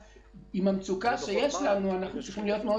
בתוך המצוקה שיש לנו אנחנו צריכים להיות מאוד